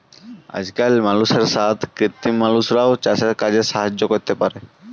আজকাল মালুষের সাথ কৃত্রিম মালুষরাও চাসের কাজে সাহায্য ক্যরতে পারে